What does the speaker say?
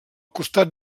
costat